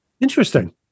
Interesting